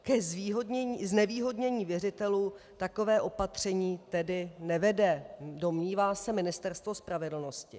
K znevýhodnění věřitelů takové opatření tedy nevede, domnívá se Ministerstvo spravedlnosti.